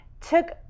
took